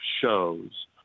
shows